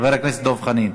חבר הכנסת דב חנין.